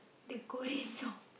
the ghost song